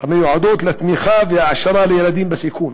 המיועדות לתמיכה והעשרה לילדים בסיכון,